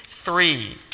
Three